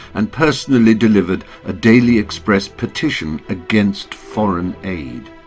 and personally delivered a daily express petition against foreign aid.